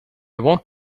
want